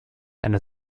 eine